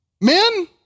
Men